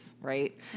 right